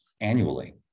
annually